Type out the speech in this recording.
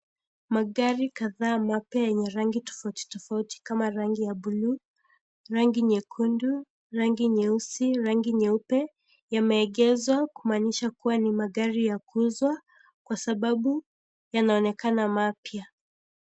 Magari kadhaa mapya yenye rangi tofauti tofauti kama rangi ya buluu, rangi nyekundu, rangi nyeusi, rangi nyeupe yameegezwa kumaanisha kuwa ni magari ya kuuzwa kwa sababu yanaonekana mapya.